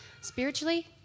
Spiritually